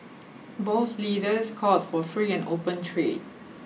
both leaders called for free and open trade